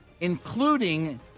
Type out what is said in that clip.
including